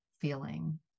feeling